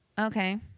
Okay